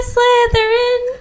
Slytherin